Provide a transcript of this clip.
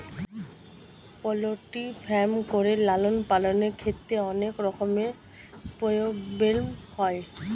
poultry farm করে লালন পালনের ক্ষেত্রে অনেক রকমের প্রব্লেম হয়